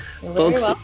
Folks